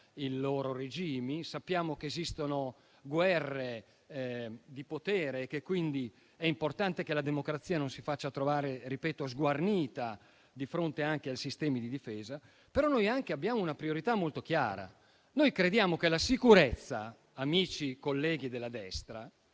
il loro regime. Sappiamo che esistono guerre di potere e che quindi è importante che la democrazia non si faccia trovare sguarnita di fronte ai sistemi di difesa. Abbiamo però anche una priorità molto chiara: noi crediamo che la sicurezza, amici colleghi della destra,